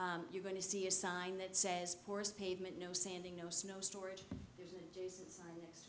e you're going to see a sign that says poorest pavement no sanding no snow storage